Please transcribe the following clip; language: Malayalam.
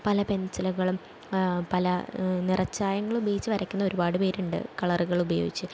പല പെന്സിലുകളും പല നിറച്ചായങ്ങൾ ഉപയോഗിച്ച് വരയ്ക്കുന്ന ഒരുപാട് പേരുണ്ട് കളറുകൾ ഉപയോഗിച്ച്